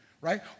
right